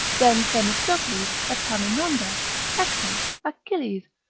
then themistocles, epaminondas, hector, achilles,